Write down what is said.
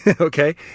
Okay